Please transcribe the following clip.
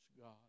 God